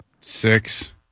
six